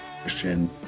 Christian